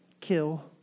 kill